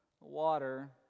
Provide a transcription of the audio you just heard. water